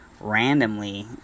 randomly